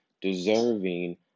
deserving